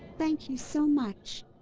thank you so much!